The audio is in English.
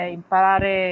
imparare